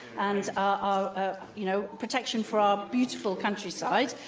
and ah ah you know protection for our beautiful countryside.